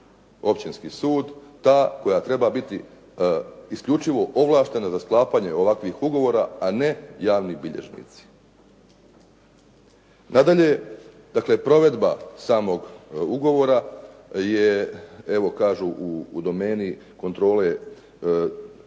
općinski sud ta koja treba biti isključivo ovlaštena za sklapanje ovakvih ugovora a ne javni bilježnici. Nadalje, dakle provedba samog ugovora je evo kažu u domeni kontrole centra